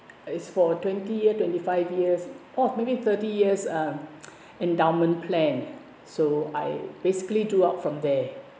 is for twenty year twenty five years oh maybe thirty years uh endowment plan so I basically drew out from there